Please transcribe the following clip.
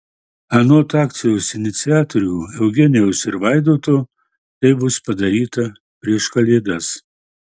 anot akcijos iniciatorių eugenijaus ir vaidoto tai bus padaryta prieš kalėdas